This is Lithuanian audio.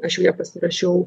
aš jau ją pasirašiau